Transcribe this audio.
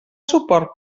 suport